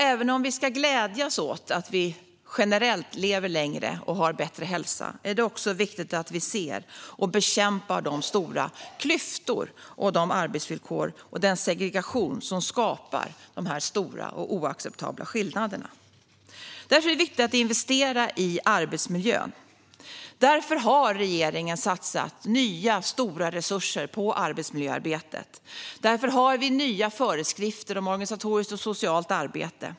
Även om vi ska glädjas åt att vi generellt lever längre och har bättre hälsa är det även viktigt att vi ser och bekämpar de stora klyftor, de arbetsvillkor och den segregation som skapar dessa stora och oacceptabla skillnader. Därför är det viktigt att investera i arbetsmiljön. Därför har regeringen satsat nya stora resurser på arbetsmiljöarbetet. Därför har vi nya föreskrifter om organisatoriskt och socialt arbete.